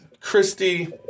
Christy